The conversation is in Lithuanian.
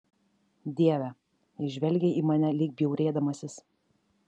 dieve jis žvelgė į mane lyg bjaurėdamasis